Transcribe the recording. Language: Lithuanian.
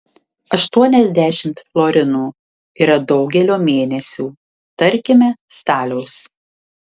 aštuoniasdešimt florinų yra daugelio mėnesių tarkime staliaus